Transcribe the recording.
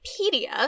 Wikipedia